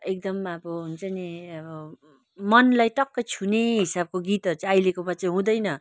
एकदम अब हुन्छ नि मनलाई टक्कै छुने हिसाबको गीतहरू चाहिँ अहिलेकोमा चाहिँ हुँदैन